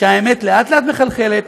שהאמת לאט-לאט מחלחלת,